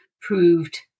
proved